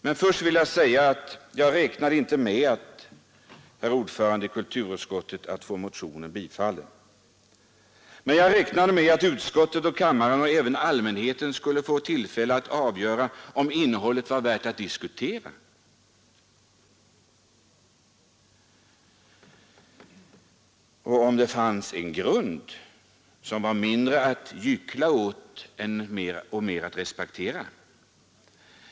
Men först vill jag säga att jag räknade inte med, herr ordförande i kulturutskottet, att få motionen bifallen, men jag räknade med att utskott och kammare och även allmänheten skulle få tillfälle att avgöra om innehållet var värt att diskutera och om det fanns en sådan grund, som var mindre att gyckla åt och mer att respektera.